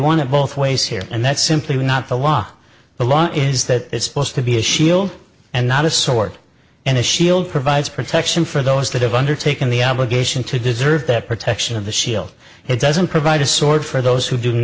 want to both ways here and that's simply not the law the law is that it's supposed to be a shield and not a sword and a shield provides protection for those that have undertaken the obligation to deserve that protection of the shield it doesn't provide a sword for those who do